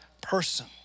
person